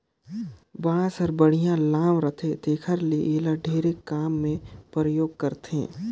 बांस हर बड़िहा लाम रहथे तेखर ले एला ढेरे काम मे परयोग करथे